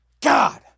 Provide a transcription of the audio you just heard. God